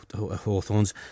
Hawthorns